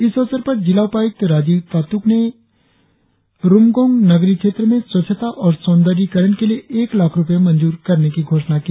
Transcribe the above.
इस अवसर पर जिला उपायुक्त राजीव तातुक ने रुमगोंग नगरीय क्षेत्र में स्वच्छता और सौदर्यीकरण के लिए एक लाख रुपए मंजूर करने की घोषणा की